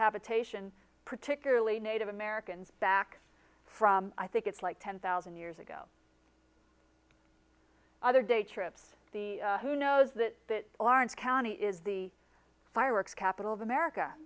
habitation particularly native americans back from i think it's like ten thousand years ago other day trips the who knows that orange county is the fireworks capital of america